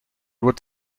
would